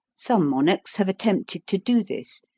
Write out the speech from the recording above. some monarchs have attempted to do this,